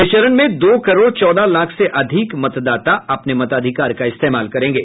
इस चरण में दो करोड़ चौदह लाख से अधिक मतदाता अपने मताधिकार का इस्तेमाल करेंगे